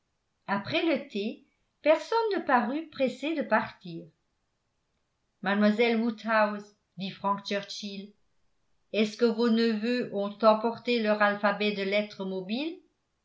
après le thé personne ne parut pressé de partir mademoiselle woodhouse dit frank churchill est-ce que vos neveux ont emporté leur alphabet de lettres mobiles